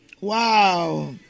Wow